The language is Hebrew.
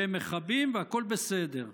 והם מכבים, והכול בסדר.